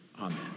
Amen